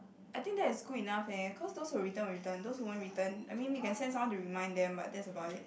I think that is good enough eh cause those who will return will return those who won't return I mean we can send someone to remind them but that's about it